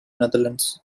netherlands